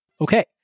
Okay